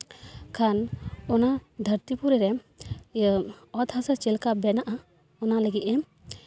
ᱠᱷᱟᱱ ᱚᱱᱟ ᱫᱷᱟᱹᱨᱛᱤᱯᱩᱨᱤ ᱨᱮ ᱤᱭᱟᱹ ᱚᱛ ᱦᱟᱥᱟ ᱪᱮᱫ ᱞᱮᱠᱟ ᱵᱮᱱᱟᱜᱼᱟ ᱚᱱᱟ ᱞᱟᱹᱜᱤᱫ ᱮᱢ